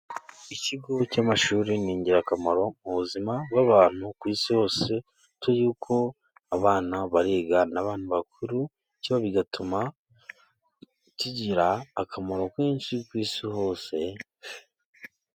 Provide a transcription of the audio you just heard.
Ikigo cy'amashuri ni ingirakamaro mu buzima bw'abantu ku isi yose. Bitewe nuko abana bariga n'abakuru bakiga bityo bigatuma kigira akamaro kenshi ku isi hose.